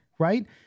right